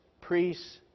priests